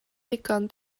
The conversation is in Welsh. ddigon